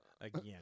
again